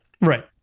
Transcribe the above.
Right